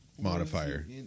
modifier